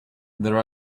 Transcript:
there